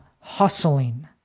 hustling